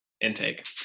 intake